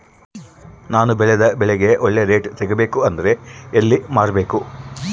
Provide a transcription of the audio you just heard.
ನಾನು ಬೆಳೆದ ಬೆಳೆಗೆ ಒಳ್ಳೆ ರೇಟ್ ಸಿಗಬೇಕು ಅಂದ್ರೆ ಎಲ್ಲಿ ಮಾರಬೇಕು?